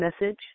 message